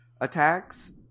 attacks